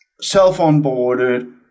self-onboarded